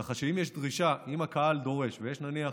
כך שאם יש דרישה, אם הקהל דורש, ויש נניח